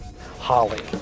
Holly